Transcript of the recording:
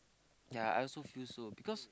yea I also feel so because